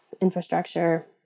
infrastructure